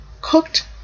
cooked